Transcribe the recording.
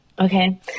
Okay